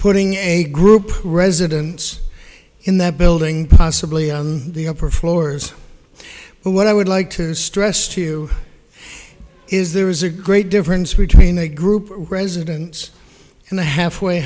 putting a group residence in that building possibly on the upper floors but what i would like to stress to you is there is a great difference between a group residence and a halfway